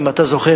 אם אתה זוכר,